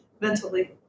mentally